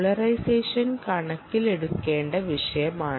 polarisation കണക്കിലെടുക്കേണ്ട വിഷയമാണ്